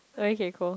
okay cool